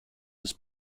des